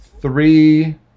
three